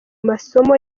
masomo